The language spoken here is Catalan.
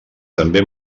també